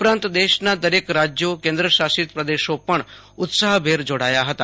ઉપરાંત દેશના દરેક રાજ્યો કેન્દ્રશાષિત પ્રદેશો પણ ઉત્સાહભેર જોડાયા હતા